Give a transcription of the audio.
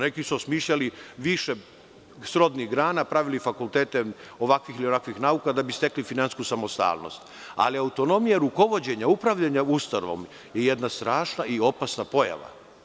Neki su osmislili više srodnih grana, pravili fakultete ovakvih ili onakvih nauka da bi stekli finansijsku samostalnost, ali autonomija rukovođenja, upravljanja ustanovom je jedna strašna i opasna pojava.